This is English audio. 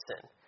sin